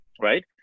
right